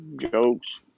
jokes